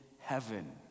heaven